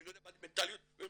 אני לא יודע מה זה מנטליות הודית,